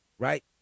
Right